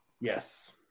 Yes